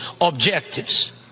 objectives